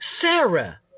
Sarah